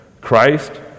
Christ